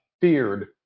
feared